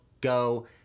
go